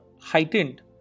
heightened